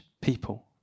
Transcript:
people